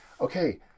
okay